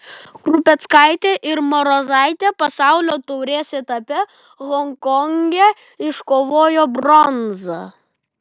krupeckaitė ir marozaitė pasaulio taurės etape honkonge iškovojo bronzą